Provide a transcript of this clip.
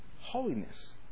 Holiness